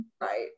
right